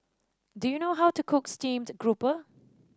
do you know how to cook Steamed Grouper